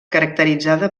caracteritzada